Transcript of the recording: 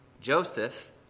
Joseph